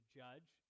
judge